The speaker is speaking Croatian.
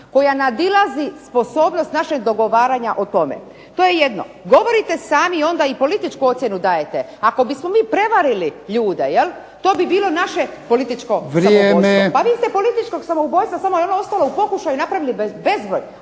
koja nadilazi sposobnost našeg dogovaranja o tome. To je jedno. Govorite sami i političku ocjenu dajete, ako bismo mi prevarili ljude, to bi bilo i naše političko samoubojstvo. Pa vidite političkog samoubojstva, samo je ono ostalo u pokušaju, napravilo bezbroj,